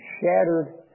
shattered